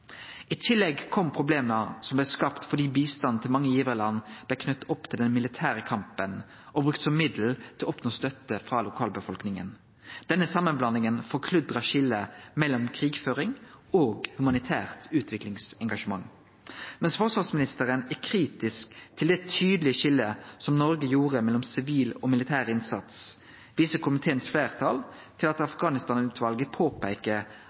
I tillegg kom problema som blei skapte fordi bistanden til mange givarland blei knytte opp til den militære kampen og brukt som middel til å oppnå støtte frå lokalbefolkninga. Denne samanblandinga forkludra skiljet mellom krigføring og humanitært utviklingsengasjement. Mens forsvarsministeren er kritisk til det tydelege skiljet som Noreg gjorde mellom sivil og militær innsats, viser komiteens fleirtal til det Afghanistan-utvalet påpeiker: